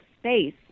space